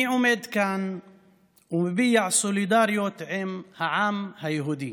אני עומד כאן ומביע סולידריות עם העם היהודי